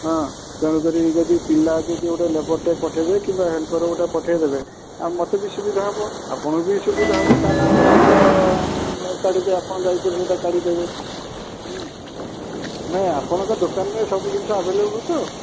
ହଁ ତେଣୁ କରି ଯଦି ପିଲା ଯଦି ଗୋଟେ ଲେବର୍ଟେ ପଠାଇବେ କିମ୍ୱା ଗୋଟେ ହେଲପର୍ ପଠାଇ ଦେବେ ଆଉ ମୋତେ ବି ସୁବିଧା ହେବ ଆପଣ ବି ସୁବିଧା ହେବ କାରଣ ଆମର ଶୀଘ୍ର କାଢ଼ିଦେବେ ଆପଣ ଯାଇପାରିବେ ସେଇଟା କାଢ଼ିଦେବେ ନାଇଁ ଆପଣଙ୍କ ଦୋକାନରେ ସବୁ ଜିନିଷ ଆଭେଲେବୁଲ୍ ତ